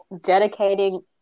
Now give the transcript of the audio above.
dedicating